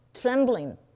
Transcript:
trembling